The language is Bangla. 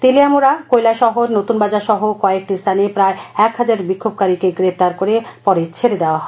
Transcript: তেলিয়ামুড়া কৈলাসহর নতুনবাজার সহ কয়েকটি স্থানে প্রায় এক হাজার বিক্ষোভকারীকে গ্রেপ্তার করে পড়ে ছেড়ে দেওয়া হয়